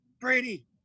Brady